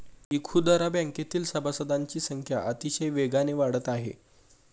इखुदरा बँकेतील सभासदांची संख्या अतिशय वेगाने वाढत आहे